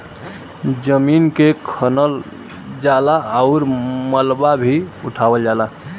जमीन के खनल जाला आउर मलबा भी उठावल जाला